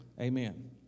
Amen